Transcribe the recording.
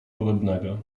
podobnego